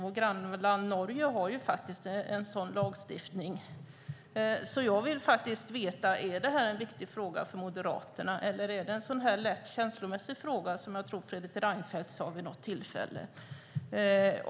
Vårt grannland Norge har en sådan lagstiftning. Jag vill veta om det här är en viktig fråga för Moderaterna eller om det är en "lätt känslomässig" fråga, som jag tror att Fredrik Reinfeldt sade vid något tillfälle.